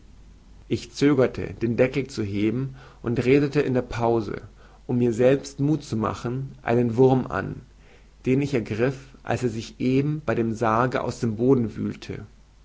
ich zögerte den deckel zu heben und redete in der pause um mir selbst muth zu machen einen wurm an den ich ergriff als er sich eben bei dem sarge aus dem boden wühlte